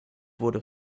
wurde